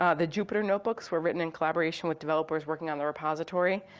ah the jupyter notebooks were written in collaboration with developers working on the repository.